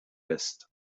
west